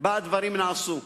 שבה נעשו.